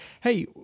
Hey